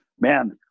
Man